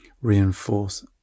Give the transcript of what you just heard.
reinforce